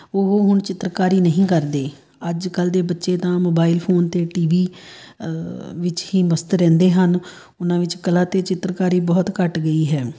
ਉਹ ਹੁਣ ਚਿੱਤਰਕਾਰੀ ਨਹੀਂ ਕਰਦੇ ਅੱਜ ਕੱਲ੍ਹ ਦੇ ਬੱਚੇ ਤਾਂ ਮੋਬਾਇਲ ਫ਼ੋਨ 'ਤੇ ਟੀ ਵੀ ਵਿੱਚ ਹੀ ਮਸਤ ਰਹਿੰਦੇ ਹਨ ਉਹਨਾਂ ਵਿੱਚ ਕਲਾ ਅਤੇ ਚਿੱਤਰਕਾਰੀ ਬਹੁਤ ਘੱਟ ਗਈ ਹੈ